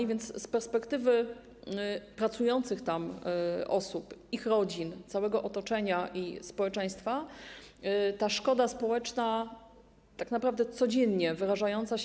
A więc z perspektywy pracujących tam osób, ich rodzin, całego otoczenia i społeczeństwa ta szkoda społeczna, tak naprawdę codziennie wyrażająca się.